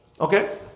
Okay